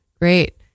Great